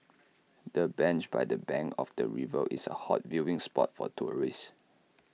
the bench by the bank of the river is A hot viewing spot for tourists